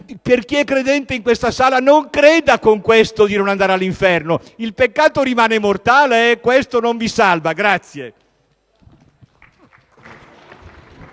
Per chi è credente in quest'Aula, non creda con questo di non andare all'inferno: il peccato resta mortale e questo non vi salva.